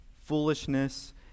foolishness